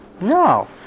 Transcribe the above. No